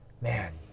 man